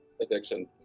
addiction